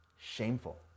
shameful